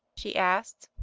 she asked.